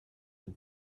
and